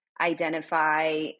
identify